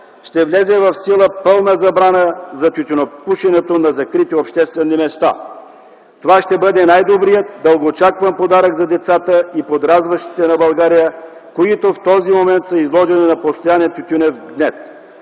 ще влезе в сила пълна забрана за тютюнопушенето на закрити обществени места. Това ще бъде най-добрият, дългоочакван подарък за децата и подрастващите на България, които в този момент са изложени на постоянен тютюнев гнет.